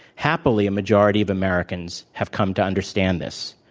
happily, a majority of americans have come to understand this.